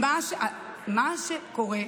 מה שקורה,